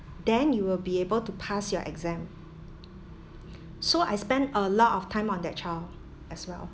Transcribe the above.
then you will be able to pass your exam so I spend a lot of time on that child as well